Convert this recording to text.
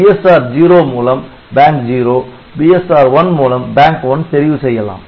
BSR 0 மூலம் Bank 0 BSR 1 மூலம் Bank 1 தெரிவு செய்யலாம்